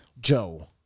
Joe